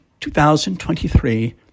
2023